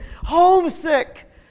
homesick